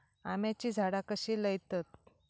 आम्याची झाडा कशी लयतत?